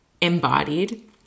embodied